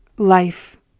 Life